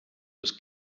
was